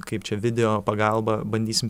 kaip čia video pagalba bandysim